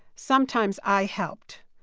sometimes i helped.